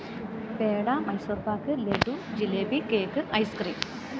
peda Mysore pak laddu jalebi cake ice cream